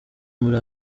muri